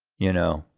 you know,